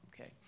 Okay